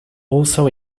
also